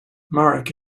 marek